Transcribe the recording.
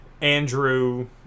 Andrew